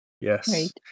yes